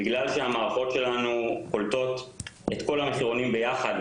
בגלל שהמערכות שלנו קולטות את כל המחירונים ביחד,